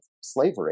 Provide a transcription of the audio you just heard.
slavery